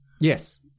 Yes